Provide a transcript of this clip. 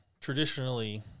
traditionally